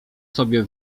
sobie